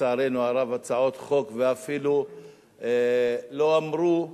לצערנו הרב, הצעות חוק ואפילו לא אמרו,